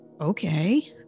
okay